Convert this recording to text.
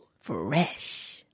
Fresh